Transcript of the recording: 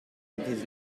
with